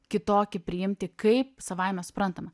kitokį priimti kaip savaime suprantamą